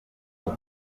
kuko